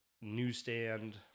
newsstand